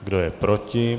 Kdo je proti?